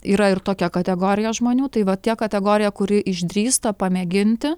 yra ir tokia kategorija žmonių tai va tie kategorija kuri išdrįsta pamėginti